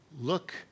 Look